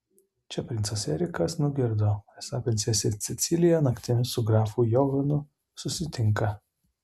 čia princas erikas nugirdo esą princesė cecilija naktimis su grafu johanu susitinka